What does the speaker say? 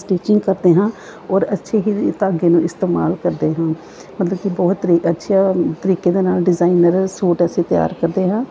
stitching ਕਰਦੇ ਹਾਂ ਔਰ ਅੱਛੇ ਹੀ ਧਾਗੇ ਇਸਤੇਮਾਲ ਕਰਦੇ ਹਾਂ ਮਤਲਬ ਕਿ ਬਹੁਤ ਰੇ ਅੱਛੇ ਤਰੀਕੇ ਦੇ ਨਾਲ ਡਿਜ਼ਾਇਨਰ ਸੂਟ ਅਸੀਂ ਤਿਆਰ ਕਰਦੇ ਹਾਂ